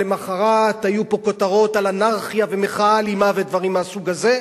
ולמחרת היו פה כותרות על אנרכיה ומחאה אלימה ודברים מהסוג הזה,